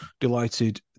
delighted